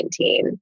2019